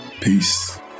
Peace